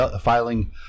filing